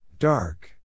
Dark